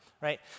right